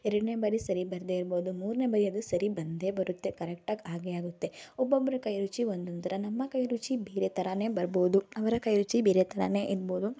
ಎರಡನೇ ಬಾರಿ ಸರಿ ಬರದೇ ಇರ್ಬೋದು ಮೂರನೇ ಬಾರಿ ಅದು ಸರಿ ಬಂದೇ ಬರುತ್ತೆ ಕರೆಕ್ಟಾಗಿ ಆಗಿಯೇ ಆಗುತ್ತೆ ಒಬ್ಬೊಬ್ಬರ ಕೈರುಚಿ ಒಂದೊಂಥರ ನಮ್ಮ ಕೈರುಚಿ ಬೇರೆ ಥರನೇ ಬರ್ಬೋದು ಅವರ ಕೈ ರುಚಿ ಬೇರೆ ಥರನೇ ಇರ್ಬೋದು